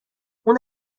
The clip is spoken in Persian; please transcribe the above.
اون